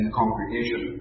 congregation